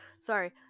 sorry